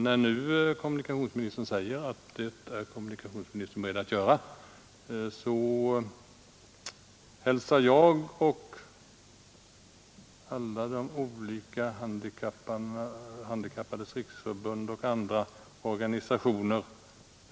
När kommunikationsministern nu säger att han är beredd att göra det, så hälsar jag beskedet med tillfredsställelse, och det gör också De handikappades riksförbund och andra berörda organisationer.